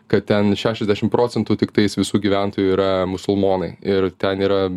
kad ten šešiasdešim procentų tiktais visų gyventojų yra musulmonai ir ten yra